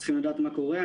ורוצים לדעת מה קורה.